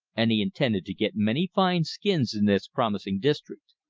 and he intended to get many fine skins in this promising district.